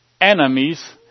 enemies